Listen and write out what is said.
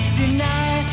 deny